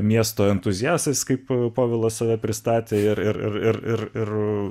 miesto entuziastas kaip povilas save pristatė ir ir ir ir ir